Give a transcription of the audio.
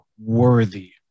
worthy